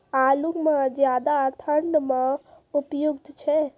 आलू म ज्यादा ठंड म उपयुक्त छै?